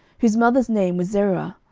whose mother's name was zeruah,